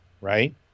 right